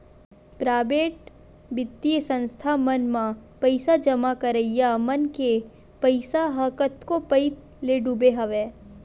private बित्तीय संस्था मन म पइसा जमा करइया मन के पइसा ह कतको पइत ले डूबे हवय